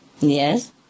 Yes